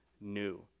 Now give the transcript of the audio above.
new